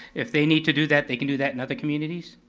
if they need to do that, they can do that in other communities.